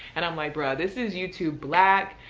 and i'm like bruh, this is youtube black.